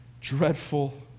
dreadful